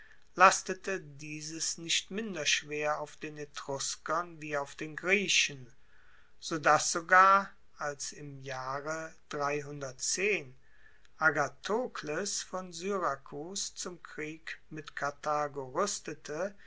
lastete dieses nicht minder schwer auf den etruskern wie auf den griechen so dass sogar als im jahre agathokles von syrakus zum krieg mit karthago ruestete